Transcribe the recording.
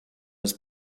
his